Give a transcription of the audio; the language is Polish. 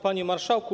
Panie Marszałku!